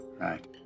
Right